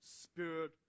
Spirit